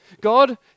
God